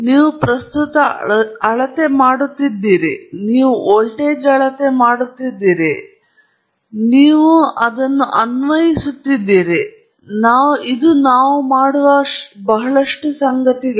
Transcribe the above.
ನೀವು ಪ್ರಸ್ತುತ ಅಳತೆ ಮಾಡುತ್ತಿದ್ದೀರಿ ನೀವು ವೋಲ್ಟೇಜ್ ಅಳತೆ ಮಾಡುತ್ತಿದ್ದೀರಿ ನೀವು ಪ್ರಸ್ತುತವನ್ನು ಅನ್ವಯಿಸುತ್ತಿದ್ದೀರಿ ವೋಲ್ಟೇಜ್ ಅಳತೆ ವೋಲ್ಟೇಜ್ ಅನ್ನು ಅನ್ವಯಿಸುತ್ತೀರಾ ಪ್ರಸ್ತುತ ಅಳತೆ ಮಾಡುತ್ತಿದ್ದೇವೆ ನಾವು ಮಾಡುವ ಬಹಳಷ್ಟು ಸಂಗತಿಗಳು